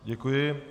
Děkuji.